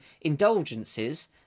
indulgences